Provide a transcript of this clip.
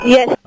Yes